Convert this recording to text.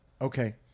Okay